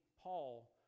Paul